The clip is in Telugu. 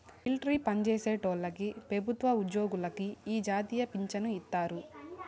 మిలట్రీ పన్జేసేటోల్లకి పెబుత్వ ఉజ్జోగులకి ఈ జాతీయ పించను ఇత్తారు